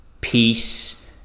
Peace